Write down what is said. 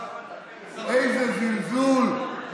איזה זלזול.